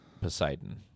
Poseidon